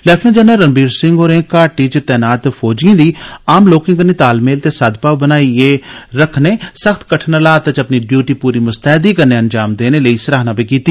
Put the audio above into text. lieutenant general Ranbir Singh होरें घाटी च तैनात फौजिएं दी आम लोकें कन्नै तालमेल ते सद्भाव बनाई रखदे होई सख्त कठन हालात च अपनी ड्यूटी पूरी मुस्तैदी कन्नै अंजाम देने लेई उंदी सराहना कीती